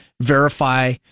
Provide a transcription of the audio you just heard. verify